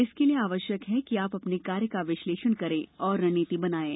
इसके लिए आवश्यक है कि आप अपने कार्य का विश्लेषण करें तथा रणनीति बनाएं